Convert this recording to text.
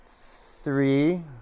Three